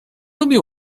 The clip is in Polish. lubi